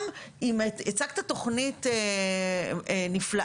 גם אם הצגת תוכנית נפלאה,